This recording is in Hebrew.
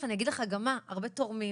אני אגיד לך גם מה, הרבה תורמים